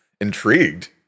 intrigued